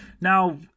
now